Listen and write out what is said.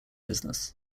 business